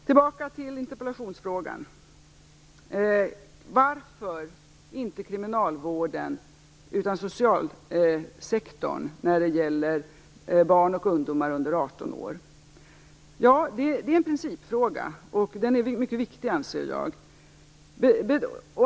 Frågan varför socialsektorn och inte kriminalvården bör hantera barn och ungdomar under 18 år är en principfråga, som jag anser är mycket viktig.